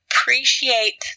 appreciate